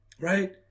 right